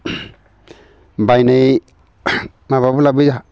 बायनाय माबाबो लाबोयो